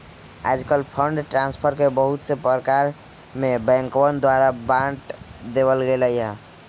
आजकल fund transfer के बहुत से प्रकार में बैंकवन द्वारा बांट देवल गैले है